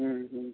ᱦᱮᱸ ᱦᱮᱸ